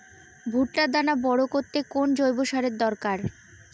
ভুট্টার দানা বড় করতে কোন জৈব সারের দরকার?